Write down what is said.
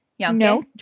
No